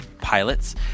pilots